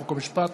חוק ומשפט.